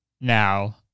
now